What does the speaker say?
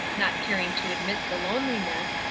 not caring to admit the loneliness,